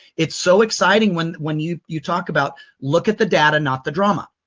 it's so exciting when when you you talk about look at the data not the drama.